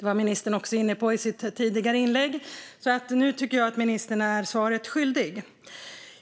Ministern var inne på detta också i sitt tidigare inlägg, så nu tycker jag att hon är svaret skyldig.